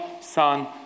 Son